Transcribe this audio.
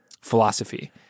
philosophy